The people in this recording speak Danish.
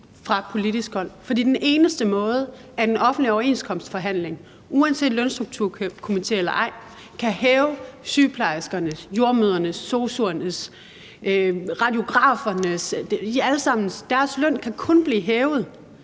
den eneste måde, en offentlig overenskomstforhandling, uanset Lønstrukturkomité eller ej, kan hæve sygeplejerskernes, jordemødrenes, sosu'ernes, radiografernes løn på, er, ved at